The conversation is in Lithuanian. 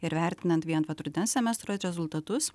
ir vertinant vien vat rudens semestro rezultatus